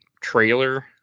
trailer